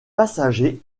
passagers